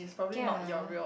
ya